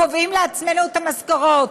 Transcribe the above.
קובעים לעצמנו את המשכורות,